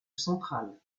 central